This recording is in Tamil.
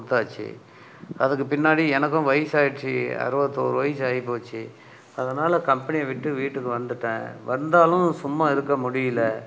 கொடுத்தாச்சி அதுக்கு பின்னாடி எனக்கும் வயசாயிடுச்சு அறுபத்தோரு வயசு ஆயிப்போச்சு அதனால் கம்பெனியை விட்டு வீட்டுக்கு வந்துவிட்டேன் வந்தாலும் சும்மா சும்மா இருக்க முடியல